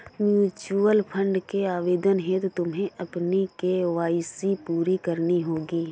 mutual fund के आवेदन हेतु तुम्हें अपनी के.वाई.सी पूरी करनी होगी